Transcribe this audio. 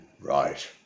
right